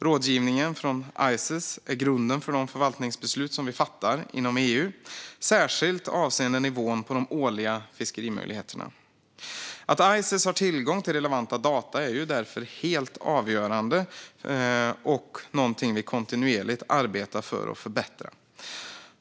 Rådgivningen från ICES är grunden för de förvaltningsbeslut som vi fattar inom EU, särskilt avseende nivån på de årliga fiskemöjligheterna. Att ICES har tillgång till relevanta data är därför helt avgörande och någonting som vi kontinuerligt arbetar med att förbättra.